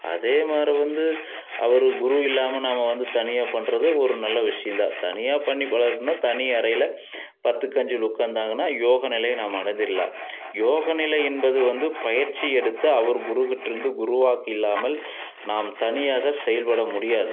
அதே மாதிரி வந்து அவர் குரு இல்லாமல் நம்ம வந்து தனியாக பண்ணுறது ஒரு நல்ல விஷயம் தான் தனியாக பண்ணி பழகனும்னா தனி அறையில் பத்துக்கு அஞ்சில் உட்காந்தாங்கன்னா யோக நிலையை நாம அடைஞ்சிர்லாம் யோக நிலை என்பது வந்து பயிற்சி எடுத்து அவர் குருக்கிட்டேருந்து குருவாக்கு இல்லாமல் நாம் தனியாக செயல்பட முடியாது